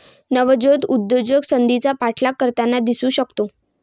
नवजात उद्योजक संधीचा पाठलाग करताना दिसू शकतो